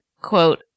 quote